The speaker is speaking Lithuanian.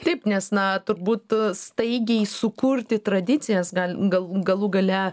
taip nes na turbūt staigiai sukurti tradicijas gal galų galų gale